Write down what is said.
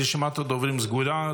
רשימת הדוברים סגורה.